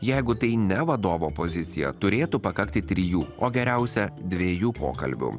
jeigu tai ne vadovo pozicija turėtų pakakti trijų o geriausia dviejų pokalbių